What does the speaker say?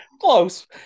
Close